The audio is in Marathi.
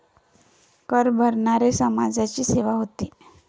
कर भरण्याने समाजाची सेवा होते